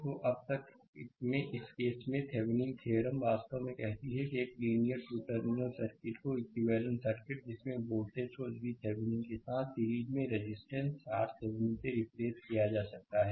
तो अब तक में इस केस में थेविनीन थ्योरम वास्तव में कहती है कि एक लीनियरटू टर्मिनल सर्किट को इक्विवेलेंट सर्किट जिसमें वोल्टेज सोर्स VTheveni के साथ सीरीज में रेजिस्टेंस RThevenin से रिप्लेस किया जा सकता है